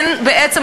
ואין בעצם,